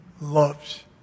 loves